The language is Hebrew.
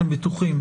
אתם בטוחים?